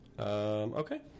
okay